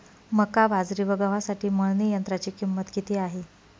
मका, बाजरी व गव्हासाठी मळणी यंत्राची किंमत किती आहे?